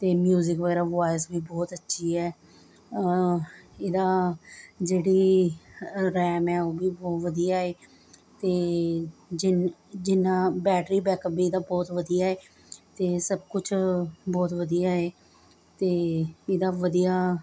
ਅਤੇ ਮਿਊਜ਼ਿਕ ਵਗੈਰਾ ਵੋਆਇਸ ਵੀ ਬਹੁਤ ਅੱਛੀ ਹੈ ਇਹਦਾ ਜਿਹੜੀ ਰੈਮ ਹੈ ਉਹ ਵੀ ਬਹੁਤ ਵਧੀਆ ਹੈ ਅਤੇ ਜਿੰਨਾ ਬੈਟਰੀ ਬੈਕਅੱਪ ਵੀ ਇਹਦਾ ਬਹੁਤ ਵਧੀਆ ਹੈ ਅਤੇ ਸਭ ਕੁਛ ਬਹੁਤ ਵਧੀਆ ਹੈ ਅਤੇ ਇਹਦਾ ਵਧੀਆ